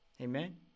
Amen